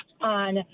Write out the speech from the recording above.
on